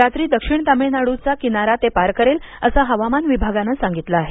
रात्री दक्षिण तमिळनाडूचा किनारा ते पार करेल असं हवामान विभागानं सांगितलं आहे